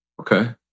Okay